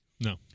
No